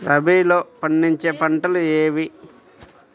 రబీలో పండించే పంటలు ఏవి?